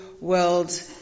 World